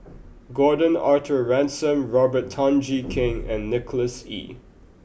Gordon Arthur Ransome Robert Tan Jee Keng and Nicholas Ee